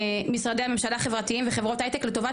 משרדי הממשלה החברתיים וחברות הייטק לטובת